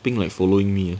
pink like following me